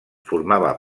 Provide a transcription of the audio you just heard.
formava